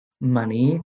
money